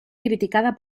criticada